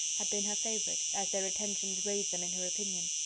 had been her favourite, as their attentions raised them in her opinion.